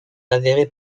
avéré